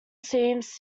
seems